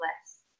less